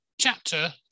chapter